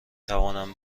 توانم